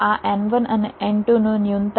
તો આ n1 અને n2 નું ન્યૂનતમ હશે